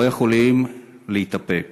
לא יכולים להתאפק.